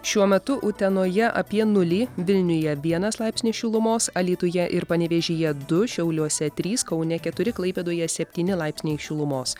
šiuo metu utenoje apie nulį vilniuje vienas laipsnis šilumos alytuje ir panevėžyje du šiauliuose trys kaune keturi klaipėdoje septyni laipsniai šilumos